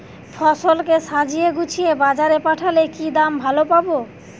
ফসল কে সাজিয়ে গুছিয়ে বাজারে পাঠালে কি দাম ভালো পাব?